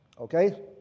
Okay